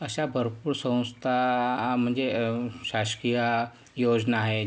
अशा भरपूर संस्था म्हणजे शासकीय योजना आहे